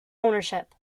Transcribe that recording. ownership